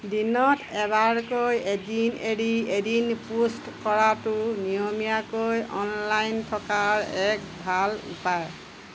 দিনত এবাৰকৈ এদিন এৰি এদিন পোষ্ট কৰাটো নিয়মীয়াকৈ অনলাইন থকাৰ এক ভাল উপায়